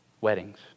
weddings